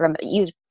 use